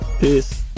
Peace